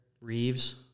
Reeves